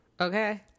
Okay